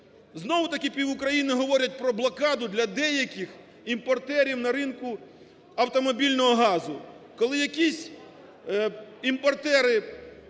знову-таки пів-України говорять про блокаду для деяких імпортерів на ринку автомобільного газу,